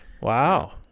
Wow